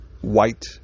white